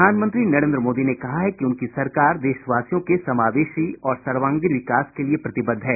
प्रधानमंत्री नरेन्द्र मोदी ने कहा है कि उनकी सरकार देशवासियों के समावेशी और सर्वांगीण विकास के लिए प्रतिबद्ध है